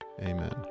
Amen